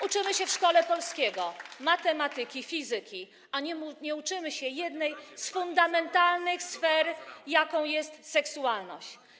Uczymy się w szkole polskiego, matematyki, fizyki, a nie uczymy się o jednej z fundamentalnych sfer, jaką jest seksualność.